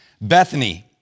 Bethany